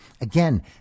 Again